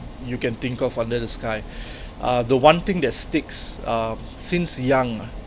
you can think of under the sky uh the one thing that sticks uh since young ah